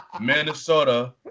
Minnesota